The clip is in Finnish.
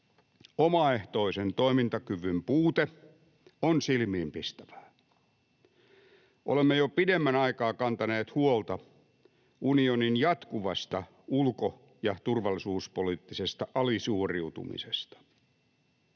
omaehtoisen toimintakyvyn puute on silmiinpistävää. Olemme jo pidemmän aikaa kantaneet huolta unionin jatkuvasta ulko- ja turvallisuuspoliittisesta alisuoriutumisesta.